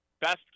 best